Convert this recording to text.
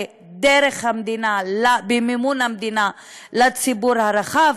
דרך המדינה, במימון המדינה, לציבור הרחב,